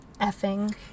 effing